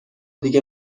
دیگه